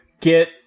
get